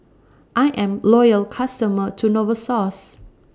I'm Loyal customer to Novosource